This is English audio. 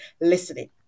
listening